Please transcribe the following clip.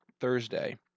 Thursday